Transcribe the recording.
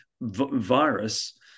virus